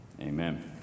Amen